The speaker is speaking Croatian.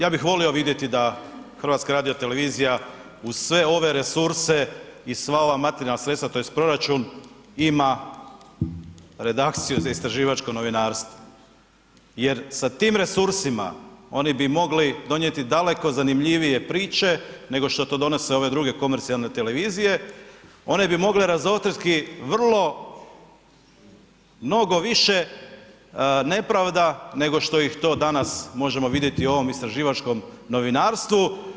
Ja bih volio vidjeti da HRT uz sve ove resurse i sva ova materijalna sredstva tj. proračun, ima redakciju za istraživačko novinarstvo jer sa tim resursima, oni bi mogli donijeti daleko zanimljivije priče nego što donose ove druge komercijalne televizije, one bi mogle razotkriti vrlo mnogo više nepravda nego što ih to danas možemo vidjeti u ovom istraživačkom novinarstvu.